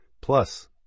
plus